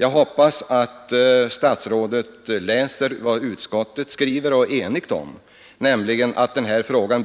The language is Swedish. Jag hoppas att statsrådet läser vad utskottet skriver och är enigt om, nämligen att frågan om